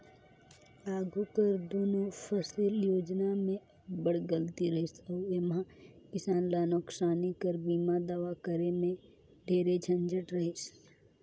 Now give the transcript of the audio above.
आघु कर दुनो फसिल योजना में अब्बड़ गलती रहिस अउ एम्हां किसान ल नोसकानी कर बीमा दावा करे में ढेरे झंझट रहिस